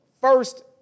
first